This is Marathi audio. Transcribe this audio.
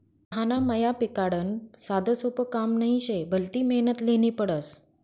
चहाना मया पिकाडनं साधंसोपं काम नही शे, भलती मेहनत ल्हेनी पडस